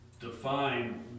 define